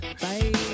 Bye